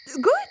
Good